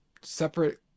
separate